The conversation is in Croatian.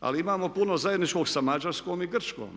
Ali imamo puno zajedničkog sa Mađarskom i Grčkom.